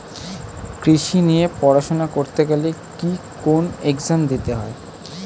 কৃষি নিয়ে পড়াশোনা করতে গেলে কি কোন এগজাম দিতে হয়?